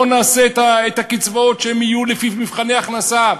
בואו נעשה שהקצבאות יהיו לפי מבחני הכנסה.